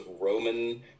Roman